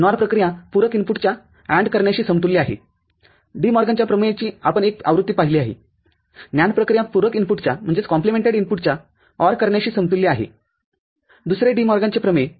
NOR प्रक्रिया पूरक इनपुटच्या ANDकरण्याशी समतुल्य आहे डी मॉर्गनच्या प्रमेयची आपण एक आवृत्ती पाहिली आहे NAND प्रक्रिया पूरक इनपुटच्या OR करण्याशी समतुल्य आहे दुसरे डी मॉर्गनचे प्रमेय